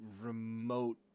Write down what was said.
remote